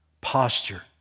posture